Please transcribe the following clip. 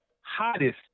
hottest